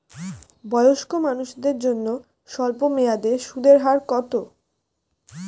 বয়স্ক মানুষদের জন্য স্বল্প মেয়াদে সুদের হার কত?